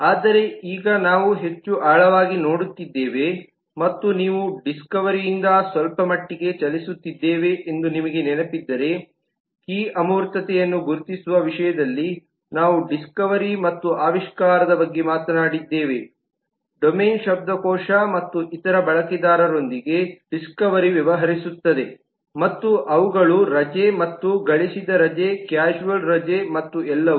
ಆದರೆ ಈಗ ನಾವು ಹೆಚ್ಚು ಆಳವಾಗಿ ನೋಡುತ್ತಿದ್ದೇವೆ ಮತ್ತು ನೀವು ಡಿಸ್ಕವರಿಯಿಂದ ಸ್ವಲ್ಪಮಟ್ಟಿಗೆ ಚಲಿಸುತ್ತಿದ್ದೇವೆ ಎಂದು ನಿಮಗೆ ನೆನಪಿದ್ದರೆ ಕೀ ಅಮೂರ್ತತೆಯನ್ನು ಗುರುತಿಸುವ ವಿಷಯದಲ್ಲಿ ನಾವು ಡಿಸ್ಕವರಿ ಮತ್ತು ಆವಿಷ್ಕಾರದ ಬಗ್ಗೆ ಮಾತನಾಡಿದ್ದೇವೆ ಡೊಮೇನ್ ಶಬ್ದಕೋಶ ಮತ್ತು ಇತರ ಬಳಕೆದಾರರೊಂದಿಗೆ ಡಿಸ್ಕವರಿ ವ್ಯವಹರಿಸುತ್ತದೆ ಮತ್ತು ಅವುಗಳು ರಜೆ ಮತ್ತು ಗಳಿಸಿದ ರಜೆ ಕ್ಯಾಶುಯಲ್ ರಜೆ ಮತ್ತು ಎಲ್ಲವೂ